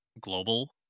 global